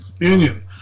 union